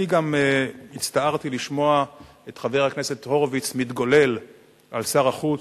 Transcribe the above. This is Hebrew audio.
אני גם הצטערתי לשמוע את חבר הכנסת הורוביץ מתגולל על שר החוץ,